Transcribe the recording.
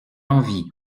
envie